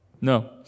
No